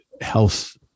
health